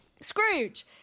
scrooge